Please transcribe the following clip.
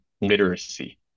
literacy